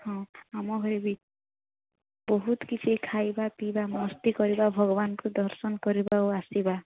ହଁ ଆମ ଘରେ ବି ବହୁତ କିଛି ଖାଇବା ପିଇବା ମସ୍ତି କରିବା ଭଗବାନଙ୍କୁ ଦର୍ଶନ କରିବା ଆଉ ଆସିବା